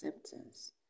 acceptance